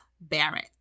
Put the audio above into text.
Barrett